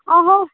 अहँ